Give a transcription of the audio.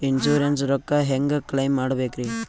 Insurance ರೊಕ್ಕ ಹೆಂಗ claim ಮಾಡ್ಬೇಕ್ರಿ?